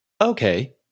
Okay